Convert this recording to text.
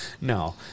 no